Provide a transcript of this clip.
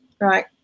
Right